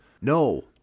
no